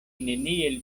neniel